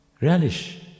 Relish